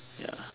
ya